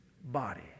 body